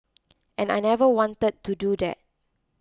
and I never wanted to do that